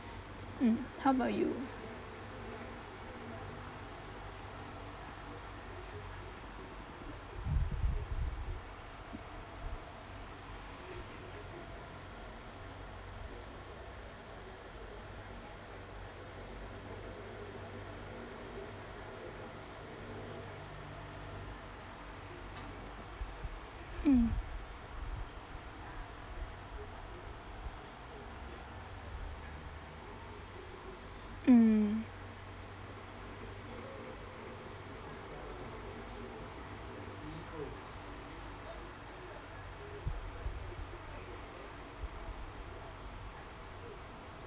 mm how about you mm mm